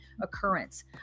occurrence